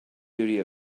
duty